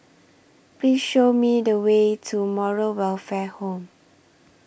Please Show Me The Way to Moral Welfare Home